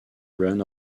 run